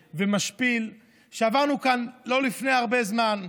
ומשפיל שעברנו כאן לא לפני הרבה זמן.